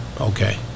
Okay